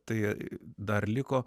tai dar liko